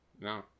No